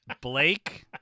Blake